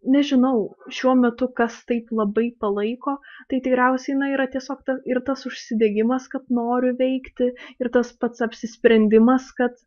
nežinau šiuo metu kas taip labai palaiko tai tikriausiai na yra tiesiog ta ir tas užsidegimas kad noriu veikti ir tas pats apsisprendimas kad